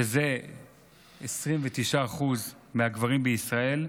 שזה 29% מהגברים בישראל,